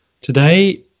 today